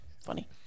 funny